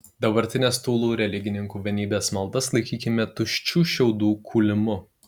dabartinės tūlų religininkų vienybės maldas laikykime tuščių šiaudų kūlimu